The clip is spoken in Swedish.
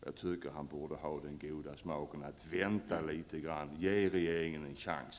Jag tycker att han borde ha den goda smaken att vänta litet, att ge regeringen en chans.